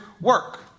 work